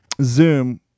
zoom